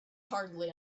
hardly